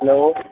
hello